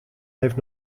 heeft